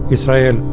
Israel